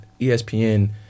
ESPN